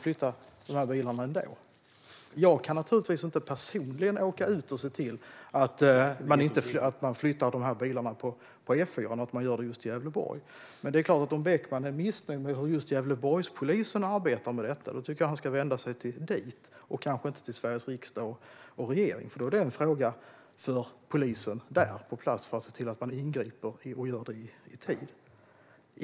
Jag kan naturligtvis inte personligen åka ut och se till att man flyttar dessa bilar på E4:an och att man gör det just i Gävleborg. Men om Beckman är missnöjd med hur just Gävleborgspolisen arbetar med detta tycker jag att han ska vända sig dit och kanske inte till Sveriges riksdag och regering. Det är en fråga för polisen på plats att se till att man ingriper och gör det i tid.